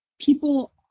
people